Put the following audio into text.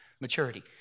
maturity